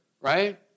right